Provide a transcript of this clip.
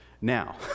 Now